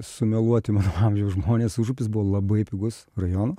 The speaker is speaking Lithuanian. sumeluoti mano amžiaus žmonės užupis buvo labai pigus rajonas